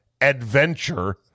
Adventure